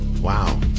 Wow